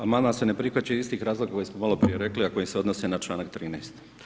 Amandman se ne prihvaća iz istih razloga koje smo maloprije rekli, a koji se odnose na čl. 13.